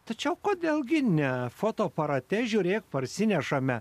tačiau kodėl gi ne fotoaparate žiūrėk parsinešame